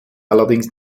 allerdings